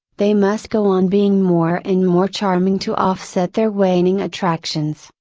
they must go on being more and more charming to offset their waning attractions,